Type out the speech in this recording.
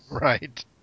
Right